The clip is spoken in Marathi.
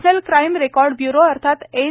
नॅशनल क्राईम रेकॉर्ड ब्य्रो अर्थात एन